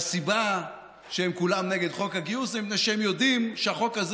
והסיבה שהם כולם נגד חוק הגיוס היא שהם יודעים שהחוק הזה